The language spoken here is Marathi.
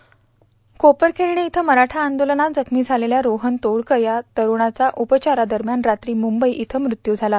क्रेपरखेरणे इथं मराठा आंदोलनात जखमी झातेल्या रोहन तोडकर या तरुणाचा उपचारदरम्यान रात्री मुंबई इथं मृत्यू झाला